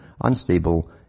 unstable